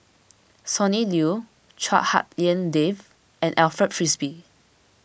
Sonny Liew Chua Hak Lien Dave and Alfred Frisby